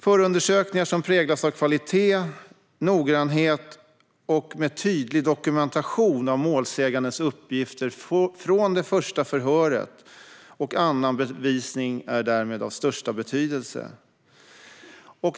Förundersökningar som präglas av kvalitet, noggrannhet och tydlig dokumentation av målsägandens uppgifter från det första förhöret och av annan bevisning är därmed av största betydelse.